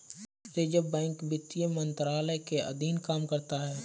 reserve bank वित्त मंत्रालय के अधीन काम करता है